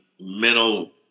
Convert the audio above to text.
mental